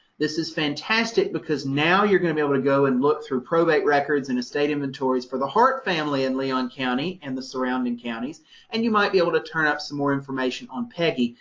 this is fantastic, because now you're going to be able to go and look through probate records and estate inventories for the hart family in leon county and the surroundings counties and you might be able to turn up some more information on peggy,